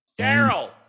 Daryl